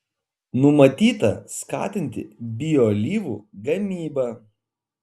numatyta skatinti bioalyvų gamybą